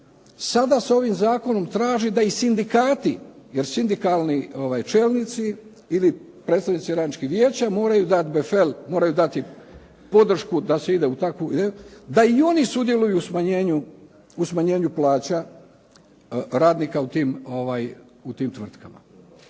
Sada se ovim zakonom traži da i sindikati jer sindikalni čelnici ili predstavnici radničkih vijeća moraju dati befel, moraju dati podršku da se ide u takvu da i oni sudjeluju u smanjenju plaća radnika u tim tvrtkama.